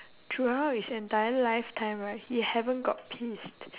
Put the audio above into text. throughout his entire lifetime right he haven't got pissed